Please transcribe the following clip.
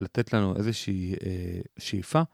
לתת לנו איזושהי שאיפה.